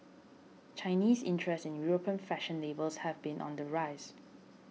Chinese interest in European fashion labels has been on the rise